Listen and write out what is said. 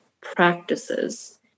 practices